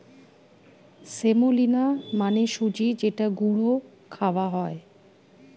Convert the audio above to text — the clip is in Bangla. সেমোলিনা মানে সুজি যেটা গুঁড়ো খাওয়া হয়